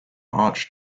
arch